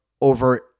over